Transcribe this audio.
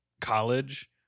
College